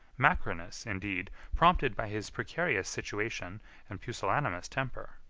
macrinus, indeed, prompted by his precarious situation and pusillanimous temper,